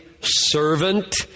servant